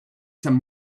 some